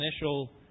initial